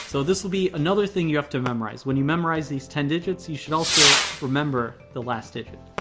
so this will be another thing you have to memorize. when you memorize these ten digits, you should also remember the last digit.